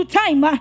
time